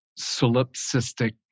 solipsistic